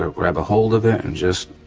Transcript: ah grab a hold of it and just,